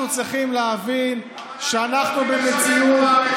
אנחנו צריכים להבין שאנחנו במציאות,